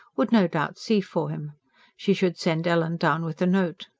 would no doubt see for him she should send ellen down with a note.